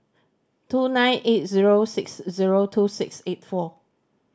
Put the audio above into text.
two nine eight zero six zero two six eight four